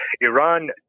Iran